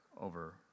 over